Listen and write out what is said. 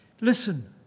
Listen